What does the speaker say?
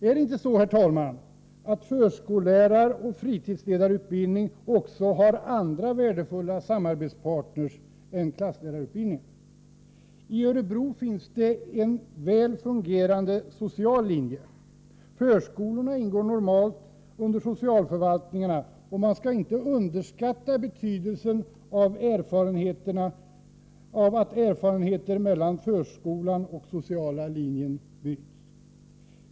Är det inte så, herr talman, att förskolläraroch fritidsledarutbildning också har andra värdefulla ”samarbetspartner” än klasslärarutbildning? I Örebro finns en väl fungerande social linje. Förskolorna sorterar normalt under socialförvaltningarna, och man skall inte underskatta betydelsen av utbyte av erfarenheter mellan förskolan och den sociala linjen.